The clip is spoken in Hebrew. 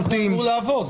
כך זה אמור לעבוד.